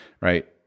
right